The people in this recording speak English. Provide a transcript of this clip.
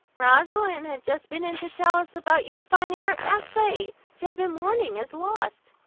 rosalind had just been in to tell us about your finding her essay, she had been mourning as lost.